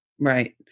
Right